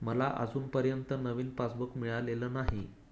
मला अजूनपर्यंत नवीन पासबुक मिळालेलं नाही